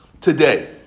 today